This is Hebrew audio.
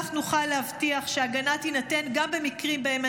כך נוכל להבטיח שהגנה תינתן גם במקרים בהם